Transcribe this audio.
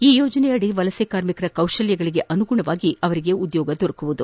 ಈ ಯೋಜನೆಯಡಿ ವಲಸೆ ಕಾರ್ಮಿಕರ ಕೌಶಲ್ಲಗಳಿಗೆ ಅನುಗುಣವಾಗಿ ಅವರಿಗೆ ಉದ್ಲೋಗ ನೀಡಲಾಗುವುದು